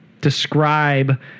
describe